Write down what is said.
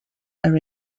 are